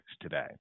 today